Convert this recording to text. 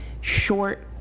short